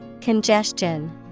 Congestion